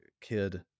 kid